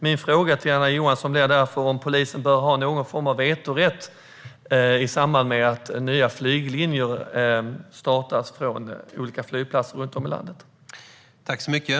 Min fråga till Anna Johansson blir därför om polisen bör ha någon form av vetorätt i samband med att nya flyglinjer startas på olika flygplatser runt om i landet.